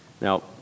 Now